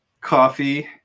coffee